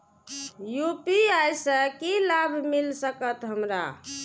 UPI से की लाभ मिल सकत हमरा?